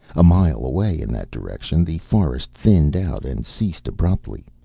a mile away in that direction the forest thinned out and ceased abruptly,